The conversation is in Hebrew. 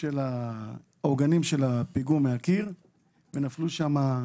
של העוגנים של הפיגום, ועובדים נפלו שם.